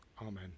Amen